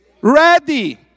ready